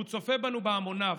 והוא צופה בנו בהמוניו,